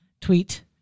tweet